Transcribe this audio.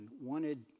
wanted